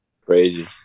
Crazy